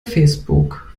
facebook